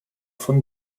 von